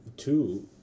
two